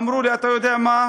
והם אמרו לי: אתה יודע מה?